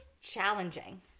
challenging